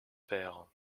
père